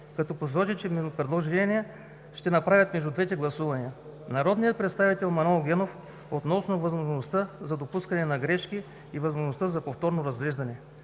направят предложения между двете гласувания; народният представител Манол Генов относно възможността за допускане на грешки и възможността за повторно разглеждане;